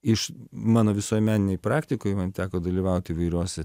iš mano visuomeninėj praktikoj man teko dalyvaut įvairiose